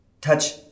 Touch